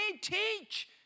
teach